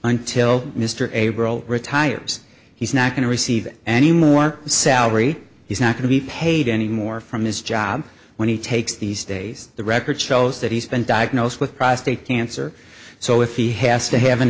until mr abrams retires he's not going to receive any more salary he's not going to be paid any more from his job when he takes these days the record shows that he's been diagnosed with prostate cancer so if he has to have an